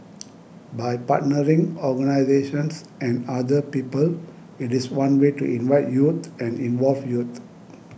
by partnering organisations and other people it is one way to invite youth and involve youth